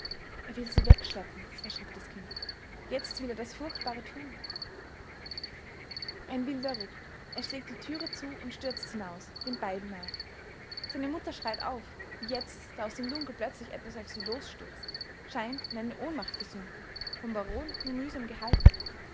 er will sie wegschleppen erschrickt das kind jetzt will er das furchtbare tun ein wilder ruck er schlägt die türe zu und stürzt hinaus den beiden nach seine mutter schreit auf wie jetzt da aus dem dunkel plötzlich etwas auf sie losstürzt scheint in eine ohnmacht gesunken vom baron nur mühsam gehalten